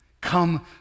come